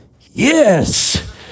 yes